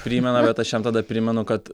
primena bet aš jam tada primenu kad